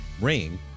ring